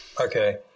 Okay